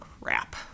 crap